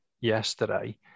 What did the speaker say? yesterday